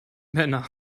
männer